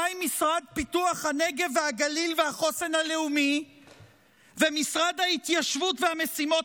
מה עם המשרד לפיתוח הנגב והגליל והחוסן הלאומי ומשרד ההתיישבות והמשימות